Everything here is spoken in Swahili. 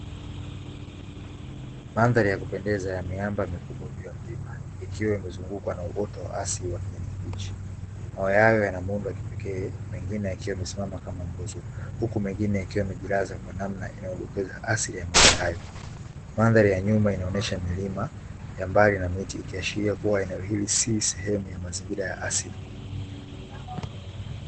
Mandhari ya kupendeza ya miamba mikubwa juu ya mlima, ikiwa imezungukwa na uoto wa asili wa kijani kibichi, Mawe hayo yana muundo wa kipekee, mengine yakiwa yamesimama kama nguzo, huku mengine yakiwa yamejilaza kwa namna inayodokeza asili ya mawe hayo. Mandhari ya nyuma inaonesha milima ya mbali na miti, ikiashiria kuwa eneo hili si sehemu ya mazingira ya asili.